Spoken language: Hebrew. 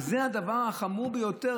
וזה הדבר החמור ביותר.